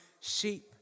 sheep